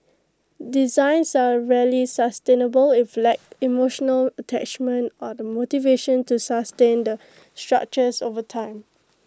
designs are rarely sustainable if lack emotional attachment or the motivation to sustain the structures over time